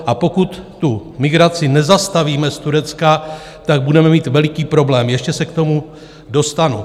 A pokud tu migraci nezastavíme z Turecka, budeme mít veliký problém, ještě se k tomu dostanu.